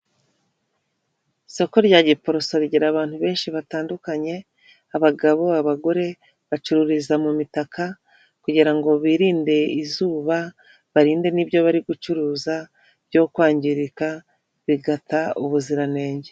Isoko rya Giporoso rigira abantu benshi batandukanye abagabo ,abagore bacururiza mu mitaka kugirango ngo birinde izuba, barinde n'ibyo bari gucuruza byo kwangirika bigata ubuziranenge.